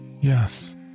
Yes